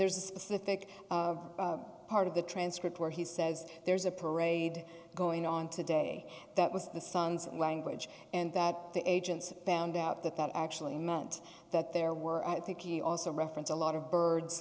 there's a specific part of the transcript where he says there's a parade going on today that was the son's language and that the agents found out that that actually meant that there were i think he also reference a lot of birds